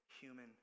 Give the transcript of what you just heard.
human